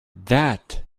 that